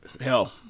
hell